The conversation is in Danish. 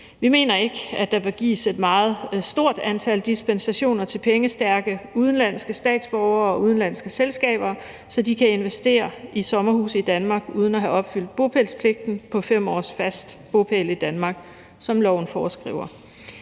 Vi mener ikke, at der bør gives et meget stort antal dispensationer til pengestærke udenlandske statsborgere og udenlandske selskaber, så de kan investere i sommerhuse i Danmark uden at have opfyldt bopælspligten på 5 års fast bopæl i Danmark, som loven foreskriver.